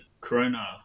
corona